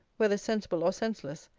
whether sensible or senseless,